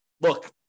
look